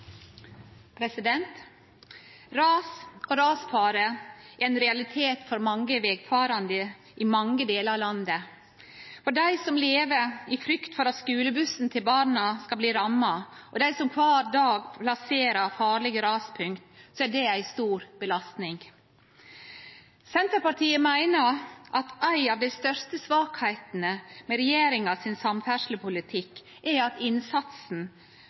Ras og rasfare er ein realitet for mange vegfarande i mange delar av landet. For dei som lever i frykt for at skulebussen til barna skal bli ramma, og for dei som kvar dag passerer farlege raspunkt, er det ei stor belastning. Senterpartiet meiner at ei av dei største svakheitene ved samferdslepolitikken til regjeringa er at innsatsen